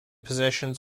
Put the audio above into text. positions